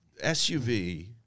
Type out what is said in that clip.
SUV